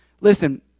Listen